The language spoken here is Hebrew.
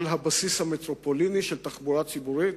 על בסיס מטרופוליני, של תחבורה ציבורית,